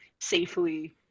safely